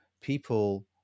people